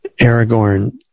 Aragorn